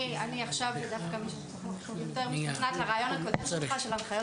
עכשיו אני יותר משתכנעת לקבל את הרעיון הקודם שלך של הנחיות